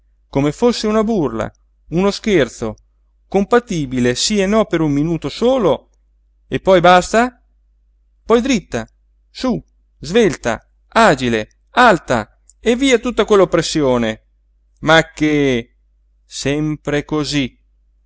come fosse una burla uno scherzo compatibile sí e no per un minuto solo e poi basta poi dritta sú svelta agile alta e via tutta quella oppressione ma che sempre cosí